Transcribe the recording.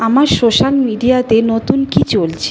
আমার সোশ্যাল মিডিয়াতে নতুন কী চলছে